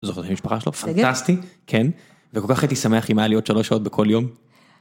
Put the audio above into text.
זוכרת משפחה שלו פנטסטי, כן, וכל כך הייתי שמח אם היה לי עוד שלוש שעות בכל יום.